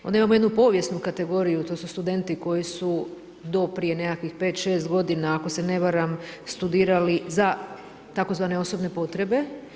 Onda imamo jednu povijesnu kategoriju, to su studenti koji su do prije nekakvih 5, 6 godina ako se ne varam studirali za tzv. osobne potrebe.